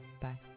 Bye